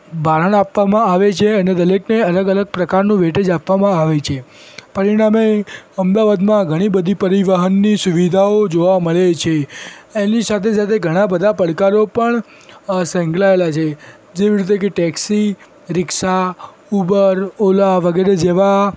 ભારણ આપવામાં આવે છે અને દરેકને અલગ અલગ પ્રકારનું વેઇટેજ આપવામાં આવે છે પરીણામે અમદાવાદમાં ઘણી બધી પરિવહનની સુવિધાઓ જોવા મળે છે એની સાથે સાથે ઘણા બધા પડકારો પણ સંકળાયેલા છે જેવી રીતે કે ટૅક્સી રીક્ષા ઉબર ઓલા વગેરે જેવા